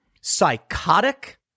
psychotic